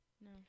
No